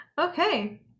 okay